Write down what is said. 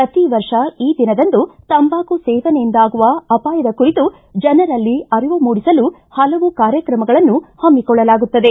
ಪ್ರತಿ ವರ್ಷ ಈ ದಿನದಂದು ತಂಬಾಕು ಸೇವನೆಯಿಂದ ಆಗುವ ಅಪಾಯದ ಕುರಿತು ಜನರಲ್ಲಿ ಅರಿವು ಮೂಡಿಸಲು ಪಲವು ಕಾರ್ಯಕ್ರಮಗಳನ್ನು ಹಮ್ಮಿಕೊಳ್ಳಲಾಗುತ್ತದೆ